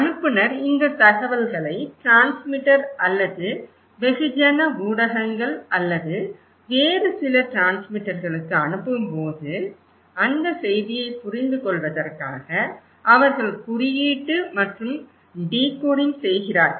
அனுப்புநர் இந்த தகவல்களை டிரான்ஸ்மிட்டர் அல்லது வெகுஜன ஊடகங்கள் அல்லது வேறு சில டிரான்ஸ்மிட்டர்களுக்கு அனுப்பும்போது அந்த செய்தியைப் புரிந்துகொள்வதற்காக அவர்கள் குறியீட்டு மற்றும் டிகோடிங் செய்கிறார்கள்